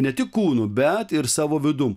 ne tik kūnu bet ir savo vidum